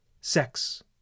Sex